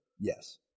Yes